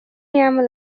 يعمل